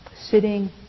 sitting